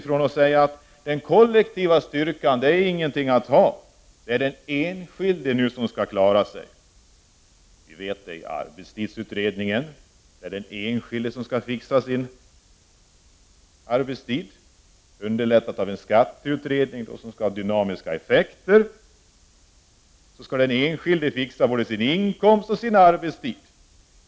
Nu säger man att den kollektiva styrkan inte är någonting att ha — nu skall den enskilde klara sig själv. Det ser vi av arbetstidsutredningen: Det är den enskilde som skall fixa sin arbetstid. Det underlättas av resultatet av skatteutredningen, där man talar om dynamiska effekter. Den enskilde skall fixa både sin inkomst och sin arbetstid.